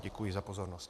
Děkuji za pozornost.